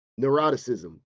neuroticism